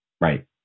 Right